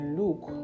look